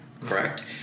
correct